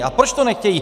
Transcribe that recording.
A proč to nechtějí?